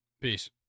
Peace